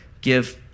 give